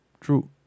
True